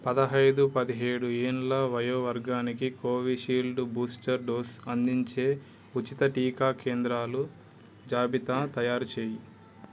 పదహైదు పదిహేడు ఏండ్ల వయో వర్గానికి కోవిషీల్డ్ బూస్టర్ డోసు అందించే ఉచిత టీకా కేంద్రాలు జాబితా తయారు చేయి